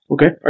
Okay